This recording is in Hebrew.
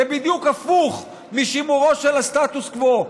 זה בדיוק הפוך משימורו של הסטטוס קוו.